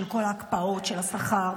כל ההקפאות של השכר,